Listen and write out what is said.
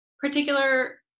particular